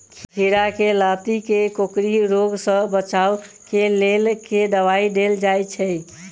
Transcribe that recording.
खीरा केँ लाती केँ कोकरी रोग सऽ बचाब केँ लेल केँ दवाई देल जाय छैय?